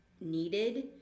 needed